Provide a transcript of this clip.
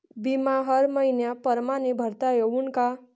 बिमा हर मइन्या परमाने भरता येऊन का?